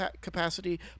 capacity